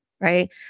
right